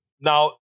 Now